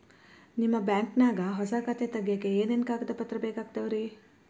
ನಿಮ್ಮ ಬ್ಯಾಂಕ್ ನ್ಯಾಗ್ ಹೊಸಾ ಖಾತೆ ತಗ್ಯಾಕ್ ಏನೇನು ಕಾಗದ ಪತ್ರ ಬೇಕಾಗ್ತಾವ್ರಿ?